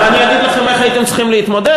ואני אגיד לכם איך הייתם צריכים להתמודד,